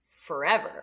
forever